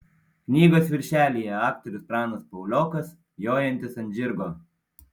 knygos viršelyje aktorius pranas piaulokas jojantis ant žirgo